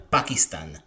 Pakistan